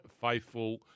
faithful